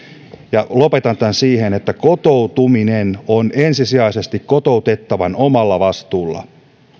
lopetan tämän siihen että kotoutuminen on ensisijaisesti kotoutettavan omalla vastuulla